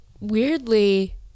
weirdly